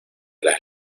las